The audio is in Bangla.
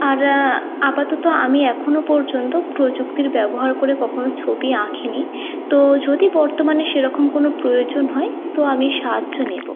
আর আপাতত আমি এখনো পর্যন্ত প্রযুক্তির ব্যবহার করে কখনো ছবি আঁকিনি তো যদি বর্তমানে সেরকম কোনো প্রয়োজন হয় তো আমি সাহায্য নেব